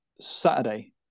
Saturday